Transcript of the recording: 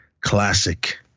classic